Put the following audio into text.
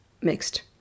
mixed